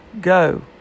Go